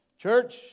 Church